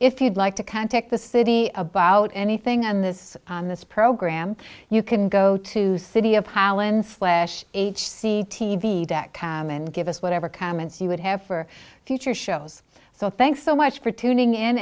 if you'd like to contact the city about anything and this on this program you can go to city of holland slash h c t v dot com and give us whatever comments you would have for future shows so thanks so much for tuning in